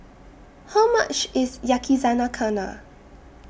How much IS Yakizakana